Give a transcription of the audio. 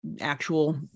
actual